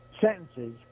sentences